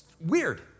weird